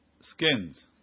skins